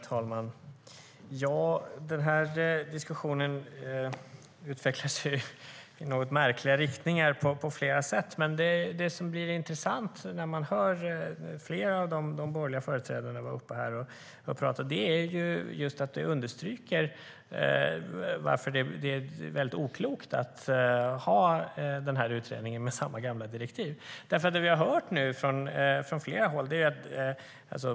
Herr talman! Diskussionen utvecklar sig i något märkliga riktningar på flera sätt. Det som blir intressant, när man hör flera av de borgerliga företrädarna, är att vad de säger understryker varför det är oklokt att ha utredningen med samma gamla direktiv. Vi har nu hört från flera håll vad man säger.